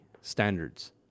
standards